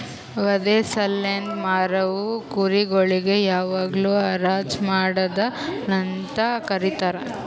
ವಧೆ ಸಲೆಂದ್ ಮಾರವು ಕುರಿ ಗೊಳಿಗ್ ಯಾವಾಗ್ಲೂ ಹರಾಜ್ ಮಾಡದ್ ಅಂತ ಕರೀತಾರ